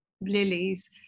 lilies